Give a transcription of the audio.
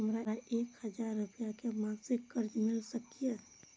हमरा एक हजार रुपया के मासिक कर्ज मिल सकिय?